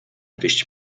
gryźć